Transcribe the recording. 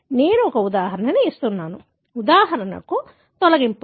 నేను ఒక ఉదాహరణ ఇస్తున్నాను ఉదాహరణకు తొలగింపులు